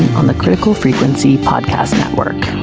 on the critical frequency podcast network.